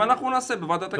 אנחנו נעשה בוועדת הכלכלה.